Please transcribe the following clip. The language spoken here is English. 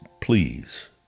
please